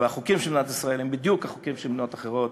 והחוקים של מדינת ישראל הם בדיוק החוקים של מדינות אחרות.